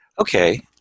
Okay